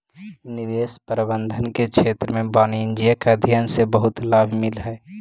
निवेश प्रबंधन के क्षेत्र में वाणिज्यिक अध्ययन से बहुत लाभ मिलऽ हई